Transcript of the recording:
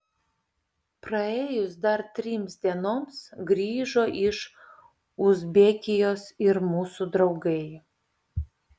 praėjus dar trims dienoms grįžo iš uzbekijos ir mūsų draugai